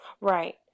Right